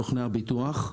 סוכני הביטוח.